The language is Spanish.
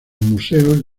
museos